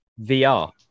vr